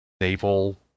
naval